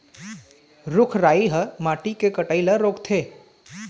रूख राई ह माटी के कटई ल रोकथे